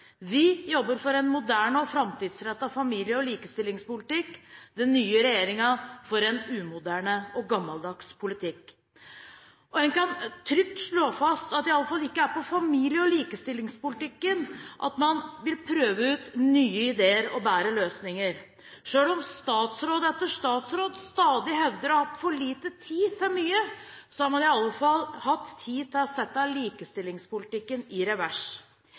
Vi jobber for en moderne og framtidsrettet familie- og likestillingspolitikk. Den nye regjeringen jobber for en umoderne og gammeldags politikk. Man kan trygt slå fast at det i alle fall ikke er i familie- og likestillingspolitikken at man vil prøve ut nye ideer og bedre løsninger. Selv om statsråd etter statsråd stadig hevder å ha hatt for liten tid til mye, har man i alle fall hatt tid til å sette likestillingspolitikken i revers.